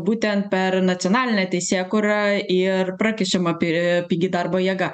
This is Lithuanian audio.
būtent per nacionalinę teisėkūrą ir prakišama piri pigi darbo jėga